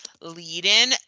lead-in